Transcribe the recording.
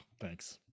Thanks